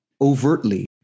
overtly